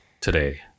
today